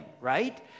right